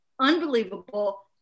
unbelievable